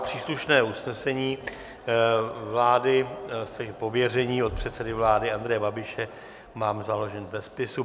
Příslušné usnesení vlády, pověření od předsedy vlády Andreje Babiše, mám založeno ve spisu.